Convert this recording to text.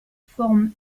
forment